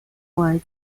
why